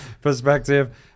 Perspective